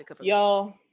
Y'all